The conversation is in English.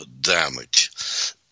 Damage